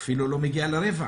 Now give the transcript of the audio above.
או אפילו לא מגיע לרבע.